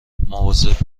مواظب